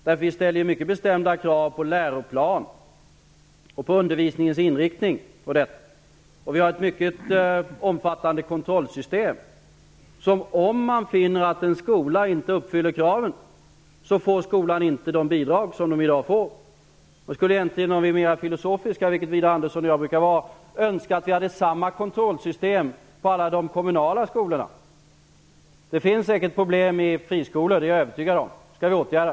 Vi ställer ju mycket bestämda krav på läroplan och på undervisningens inriktning. Vi har ett mycket omfattande kontrollsystem. Om man finner att en skola inte uppfyller kraven får skolan inte de bidrag som den får i dag. Om vi vore mera filosofiska, vilket Widar Andersson och jag brukar vara, skulle jag egentligen önska att vi hade samma kontrollsystem på alla kommunala skolor. Det finns säkert problem i friskolor. Dem skall vi åtgärda.